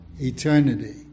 eternity